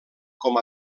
com